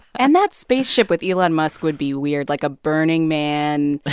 and that spaceship with elon musk would be weird like a burning man.